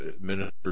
Minister